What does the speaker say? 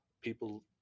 people